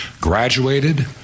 graduated